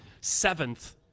seventh